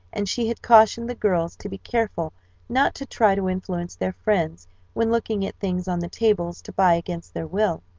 and she had cautioned the girls to be careful not to try to influence their friends when looking at things on the tables to buy against their will.